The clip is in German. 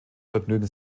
vergnügen